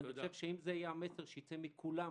ואני חושב שאם זה יהיה המסר שייצא מכולם,